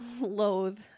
loathe